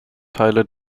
teile